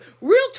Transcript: Real